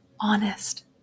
honest